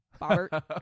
Robert